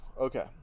Okay